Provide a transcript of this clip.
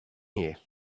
here